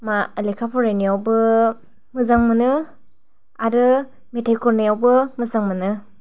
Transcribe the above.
मा लेखा फरायनायावबो मोजां मोनो आरो मेथाय खन्नायावबो मोजां मोनो